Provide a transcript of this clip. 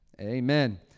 amen